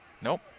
Nope